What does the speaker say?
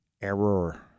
error